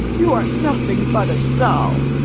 you are nothing but a doll!